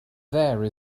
there